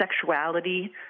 sexuality